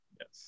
Yes